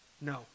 No